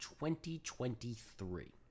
2023